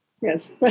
Yes